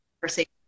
conversation